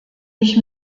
ich